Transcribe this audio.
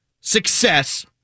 success